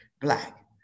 black